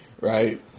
right